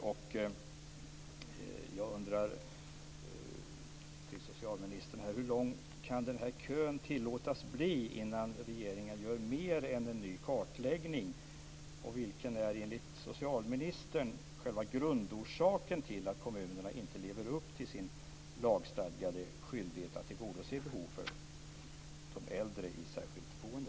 Jag undrar hur lång kön kan tillåtas bli innan regeringen gör mer än en ny kartläggning? Vilken är, enligt socialministern, själva grundorsaken till att kommunerna inte lever upp till sin lagstadgade skyldighet att tillgodose behov för de äldre i särskilt boende?